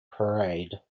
parade